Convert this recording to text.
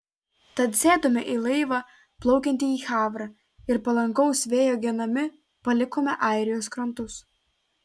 tad sėdome į laivą plaukiantį į havrą ir palankaus vėjo genami palikome airijos krantus